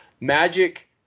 magic